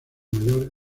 mayor